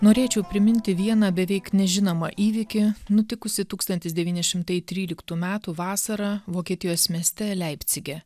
norėčiau priminti vieną beveik nežinomą įvykį nutikusį tūkstantis devyni šimtai tryliktų metų vasarą vokietijos mieste leipcige